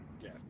yes